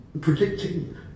predicting